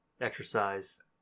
Exercise